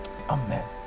Amen